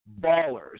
ballers